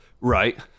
right